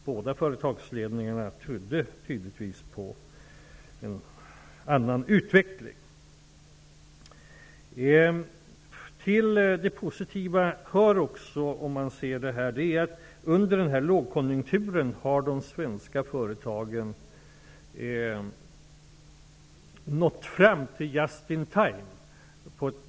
Båda företagsledningarna trodde tydligtvis på en annan utveckling. Till det positiva hör att de svenska företagen under lågkonjunkturen nästan hundraprocentigt har lyckats genomföra just-in-time-systemet.